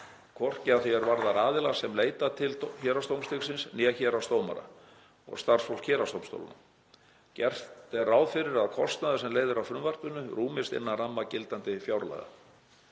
hvorki að því er varðar aðila sem leita til héraðsdómstigsins né héraðsdómara og starfsfólk héraðsdómstólanna. Gert er ráð fyrir að kostnaður sem leiðir af frumvarpinu rúmist innan ramma gildandi fjárlaga.